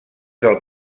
del